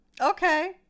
Okay